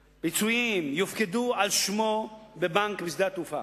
פיצויים, יופקדו על שמו בבנק בשדה התעופה.